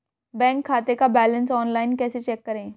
Bank खाते का balance online कैसे चेक करें?